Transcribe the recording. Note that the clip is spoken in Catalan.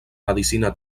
medecina